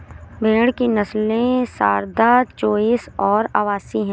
भेड़ की नस्लें सारदा, चोइस और अवासी हैं